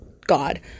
God